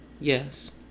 Yes